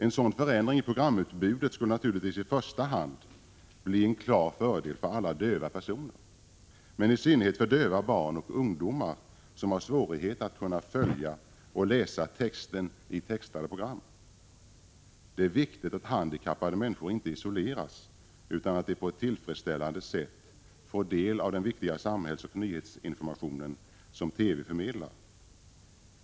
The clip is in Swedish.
En sådan förändring i programutbudet skulle naturligtvis i första hand bli en klar fördel för alla döva personer, men i synnerhet för döva barn och ungdomar som har svårigheter att kunna läsa texten i textade program. Det är viktigt att handikappade människor inte isoleras utan att de på ett tillfredsställande sätt får del av den viktiga samhällsoch nyhetsinformation som TV förmedlar.